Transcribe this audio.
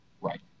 Right